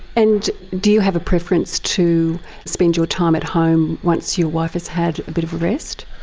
and do you have a preference to spend your time at home once your wife has had a bit of a rest?